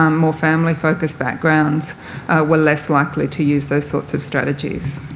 um more family-focused backgrounds were less likely to use those sorts of strategies.